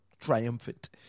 triumphant